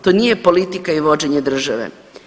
To nije politika i vođenje države.